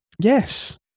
Yes